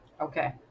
Okay